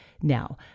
Now